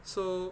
so